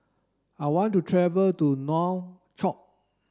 I want to travel to Nouakchott